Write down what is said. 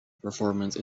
performance